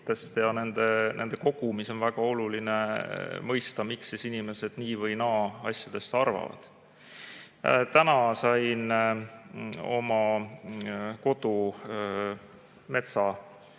ja nende kogumis on väga oluline mõista, miks inimesed nii või naa asjadest arvavad. Täna sain oma kodumetsa